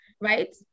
right